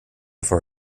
for